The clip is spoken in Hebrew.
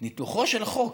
ניתוחו של חוק,